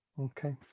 Okay